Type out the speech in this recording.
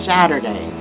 Saturday